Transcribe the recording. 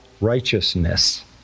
righteousness